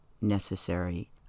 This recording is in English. necessary